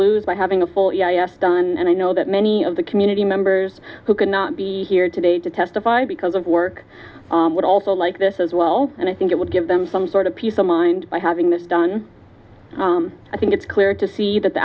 lose by having a full done and i know that many of the community members who could not be here today to testify because of work would also like this as well and i think it would give them some sort of peace of mind by having this done i think it's clear to see that the